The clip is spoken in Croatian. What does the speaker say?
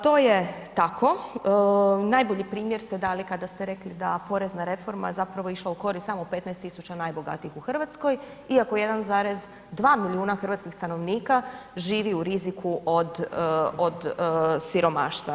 To je tako, najbolji primjer ste dali kada ste rekli da porezna reforma zapravo je išla u korist samo 15 tisuća najbogatijih u Hrvatskoj, iako 1,2 milijuna hrvatskih stanovnika živi u riziku od siromaštva.